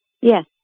Yes